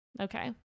Okay